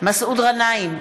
מסעוד גנאים,